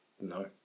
No